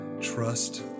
trust